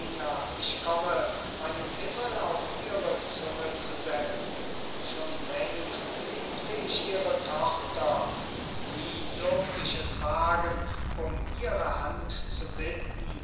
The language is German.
ich komme meinen himmel auf ihre zunge zu setzen schon längst liebte ich ihre tochter und nie durft ich es wagen um ihre hand zu bitten